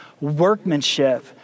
workmanship